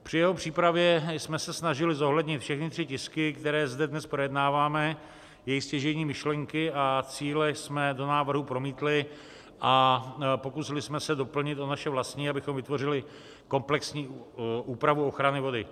Při jeho přípravě jsme se snažili zohlednit všechny tři tisky, které zde dnes projednáváme, jejich stěžejní myšlenky a cíle jsme do návrhu promítli a pokusili jsme se doplnit o naše vlastní, abychom vytvořili komplexní úpravu ochrany vody.